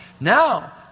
Now